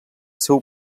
seu